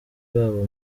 babo